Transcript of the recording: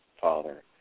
Father